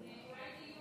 אולי דיון